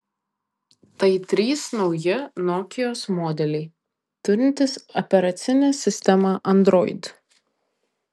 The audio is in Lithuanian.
tai trys nauji nokios modeliai turintys operacinę sistemą android